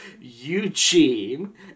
Eugene